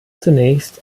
zunächst